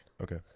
Okay